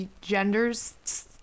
gender's